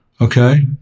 okay